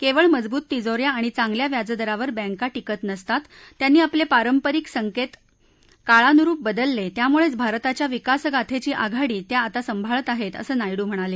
केवळ मजबूत तिजोऱ्या आणि चांगल्या व्याजदरावर बँका टिकत नसतात त्यांनी आपले पारंपरिक संकेत काळानुरूप बदलले त्यामुळेच भारताच्या विकासगाथेची आघाडी त्या आता सांभाळत आहेत असं नायडू म्हणाले